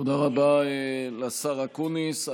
תודה רבה לשר אקוניס.